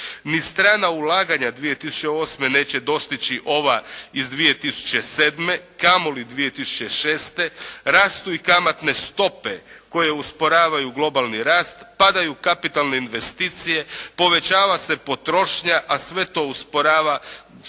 Ni strana ulaganja 2008. neće dostići ova iz 2007., kamoli 2006. rastu i kamatne stope koje usporavaju globalni rast, padaju kapitalne investicije, povećava se potrošnja a sve to usporava